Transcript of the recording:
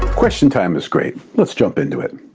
question time is great. let's jump into it.